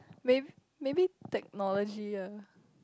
may maybe technology ah